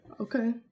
Okay